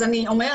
אז אני אומרת,